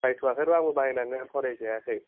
बाथआखै र आंबो बायनांगोन फरायथआखै